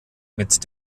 mit